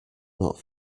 not